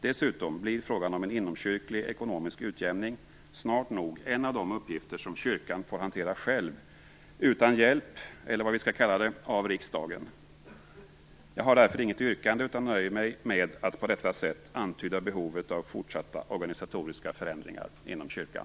Dessutom blir frågan om en inomkyrklig ekonomisk utjämning snart nog en av de uppgifter som kyrkan får hantera själv utan hjälp, eller vad vi skall kalla det, av riksdagen. Jag har därför inget yrkande, utan nöjer mig med att på detta sätt antyda behovet av fortsatta organisatoriska förändringar inom kyrkan.